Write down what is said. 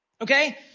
Okay